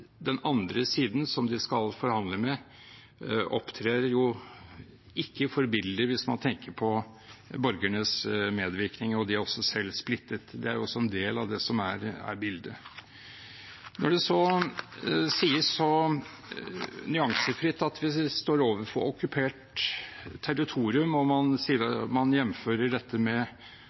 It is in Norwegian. den andre siden, som de skal forhandle med, opptrer jo ikke forbilledlig hvis man tenker på borgernes medvirkning, og de er også selv splittet. Det er også en del av det som er bildet. Når det så sies så nyansefritt at vi står overfor okkupert territorium, og man